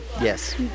Yes